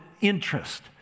interest